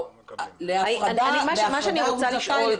אני רוצה לדעת